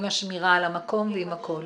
עם השמירה על המקום ועם הכול.